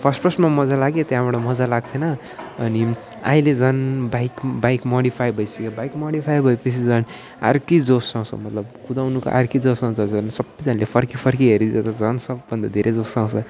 first फर्स्टमा मजा लाग्यो त्यहाँबाट मजा लाग्थिएन अनि अहिले झन् बाइक बाइक मोडिफाई भइसक्यो बाइक मोडिफाई भएपछि झन् अर्कै जोस् आउँछ मतलब कुदाउनुको अर्कै जोस् आउँछ सबैजनाले फर्कीफर्की हेरिदिँदा त झन् सबभन्दा धेरै जोस् आउँछ